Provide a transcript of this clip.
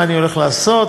מה אני הולך לעשות.